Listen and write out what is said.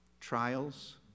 trials